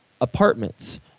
apartments